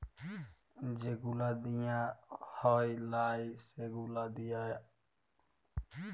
যে গুলা দিঁয়া হ্যয় লায় সে গুলা দিঁয়া